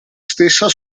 stessa